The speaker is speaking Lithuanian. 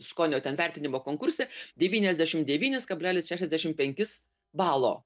skonio ten vertinimo konkurse devyniasdešim devynis kablelis šešiasdešim penkis balo